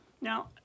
Now